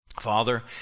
Father